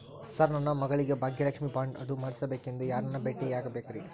Sir ನನ್ನ ಮಗಳಿಗೆ Bhagyalakshmi bond ಅದು ಮಾಡಿಸಬೇಕೆಂದು ಯಾರನ್ನ ಭೇಟಿಯಾಗಬೇಕ್ರಿ?